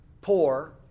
poor